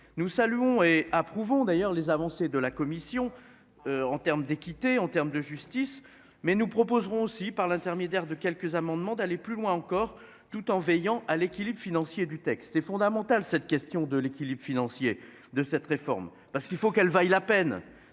nous saluons et approuvons d'ailleurs les avancées de la commission. En termes d'équité en terme de justice mais nous proposerons aussi par l'intermédiaire de quelques amendements d'aller plus loin encore, tout en veillant à l'équilibre financier du texte est fondamental. Cette question de l'équilibre financier de cette réforme parce qu'il faut qu'elle vaille la peine,